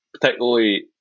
particularly